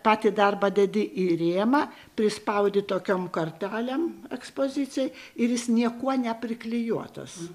patį darbą dedi į rėmą prispaudi tokiom kartalėm ekspozicijai ir jis niekuo nepriklijuotas